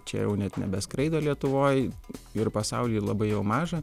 čia jau net nebeskraido lietuvoj ir pasauly labai jau maža